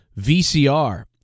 VCR